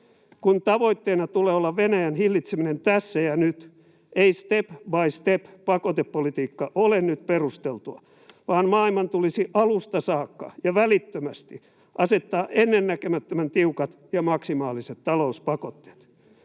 Kun tavoitteena tulee olla Venäjän hillitseminen tässä ja nyt, ei step by step ‑pakotepolitiikka ole nyt perusteltua, vaan maailman tulisi alusta saakka ja välittömästi asettaa ennennäkemättömän tiukat ja maksimaaliset talouspakotteet.